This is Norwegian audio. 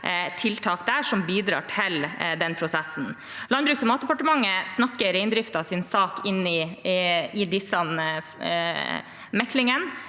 som bidrar til den prosessen. Landbruks- og matdepartementet snakker reindriftens sak inn i disse meklingene.